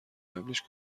قبلیش